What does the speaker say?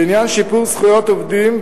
בעניין שיפור זכויות עובדים,